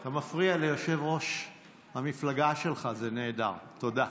אתה מפריע ליושב-ראש המפלגה שלך, זה נהדר, תודה.